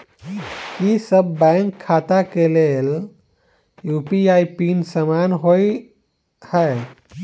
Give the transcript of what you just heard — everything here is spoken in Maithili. की सभ बैंक खाता केँ लेल यु.पी.आई पिन समान होइ है?